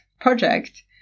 project